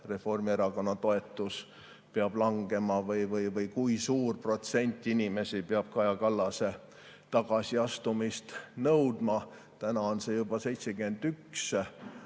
Reformierakonna toetus peab langema või kui suur protsent inimesi peab Kaja Kallase tagasiastumist nõudma – täna on see juba 71%